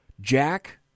Jack